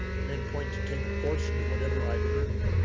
um and point to take a portion of whatever i've earned